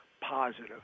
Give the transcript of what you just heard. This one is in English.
positive